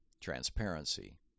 transparency